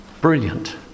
Brilliant